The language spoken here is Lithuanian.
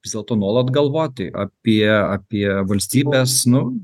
vis dėlto nuolat galvoti apie apie valstybės nu